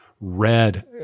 red